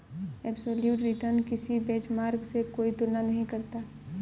absolute return किसी benchmark से कोई तुलना नहीं करता